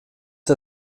der